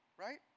right